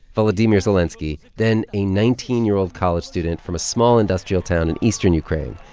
volodymyr zelenskiy, then a nineteen year old college student from a small industrial town in eastern ukraine.